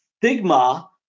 stigma